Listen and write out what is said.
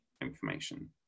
information